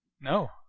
No